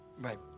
Right